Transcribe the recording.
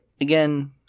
again